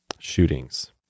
shootings